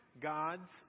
God's